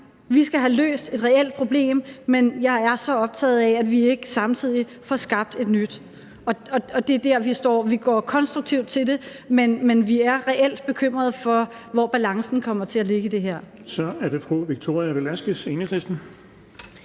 Vi skal have løst et problem, men jeg er så optaget af, at vi ikke samtidig får skabt et nyt. Det er der, vi står. Vi går konstruktivt til det, men vi er reelt bekymrede for, hvor balancen kommer til at ligge i det her. Kl. 17:42 Den fg. formand (Erling Bonnesen):